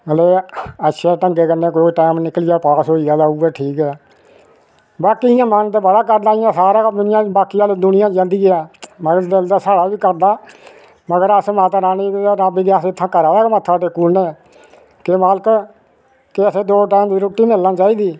अच्छे ढंगै कन्नै टाइम निकली जाए पास होई जाए उऐ ठीक ऐ बाकी इयां मन ते बड़ा करदा इयां सारा बाकी दुनियां जंदी ऐ मन दिल ते साड़ा बी करदा मगर अस माता रानी ते रब्ब गी अस इत्थै घरा दे गै मत्था टेकी ओड़ने हां के मालक असें दऊं टैम दी रुट्टी मिलना चाहिदी